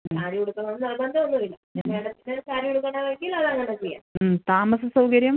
സാരി ഉടുക്കണം എന്ന് നിർബന്ധമൊന്നുമില്ല താമസസൗകര്യം